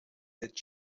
that